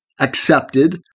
accepted